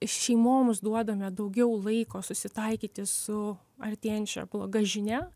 šeimoms duodame daugiau laiko susitaikyti su artėjančia bloga žinia